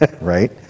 Right